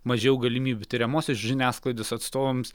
mažiau galimybių tiriamosios žiniasklaidos atstovams